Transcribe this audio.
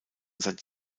seit